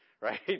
Right